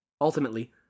Ultimately